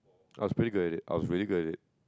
I was pretty good at it I was really good at it